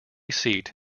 seat